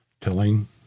Telling